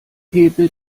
hebe